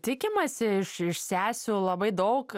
tikimasi iš iš sesių labai daug